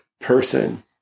person